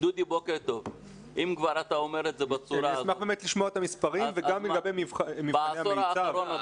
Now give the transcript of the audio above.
נשמח לשמוע את המספרים וגם לגבי מבחני המיצב.